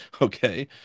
Okay